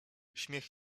śmiech